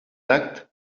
acte